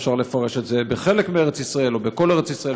ואפשר לפרש את זה בחלק מארץ ישראל או בכל ארץ ישראל,